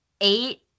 eight